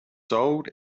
sold